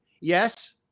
Yes